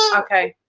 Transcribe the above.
okay,